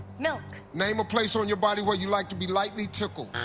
milk. name a place on your body where you like to be lightly tickled.